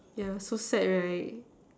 yeah so sad right